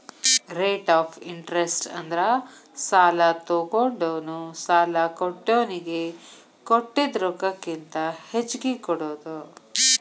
rate of interest ಅಂದ್ರ ಸಾಲಾ ತೊಗೊಂಡೋನು ಸಾಲಾ ಕೊಟ್ಟೋನಿಗಿ ಕೊಟ್ಟಿದ್ ರೊಕ್ಕಕ್ಕಿಂತ ಹೆಚ್ಚಿಗಿ ಕೊಡೋದ್